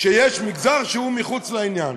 שיש מגזר שהוא מחוץ לעניין.